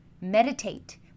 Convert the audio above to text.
Meditate